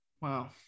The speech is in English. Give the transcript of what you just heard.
Wow